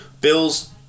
Bills